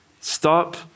Stop